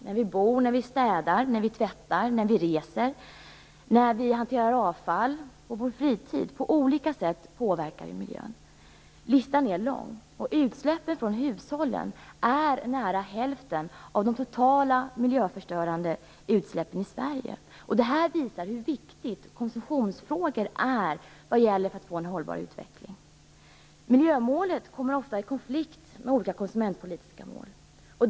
När vi äter, städar, tvättar, reser, hanterar avfall och genom vår fritid påverkar vi miljön på olika sätt. Listan är lång. Utsläppen från hushållen är nära hälften av de totala miljöförstörande utsläppen i Sverige. Det visar hur viktiga konsumtionsfrågorna är vad gäller att få en hållbar utveckling. Miljömålet kommer ofta i konflikt med olika konsumentpolitiska mål.